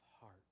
heart